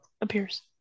appears